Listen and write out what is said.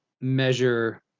measure